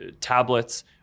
tablets